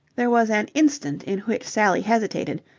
there was an instant in which sally hesitated,